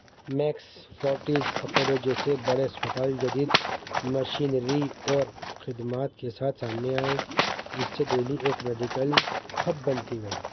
Max Fortis Apollo جیسے بڑے اسپتال جدید مشینری اور خدمات کے ساتھ سامنے آئے جس سے دہلی ایک میڈیکل ہب بنتی گئی